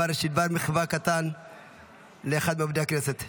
מחווה קטן לאחד מעובדי הכנסת.